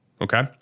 Okay